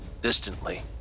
Distantly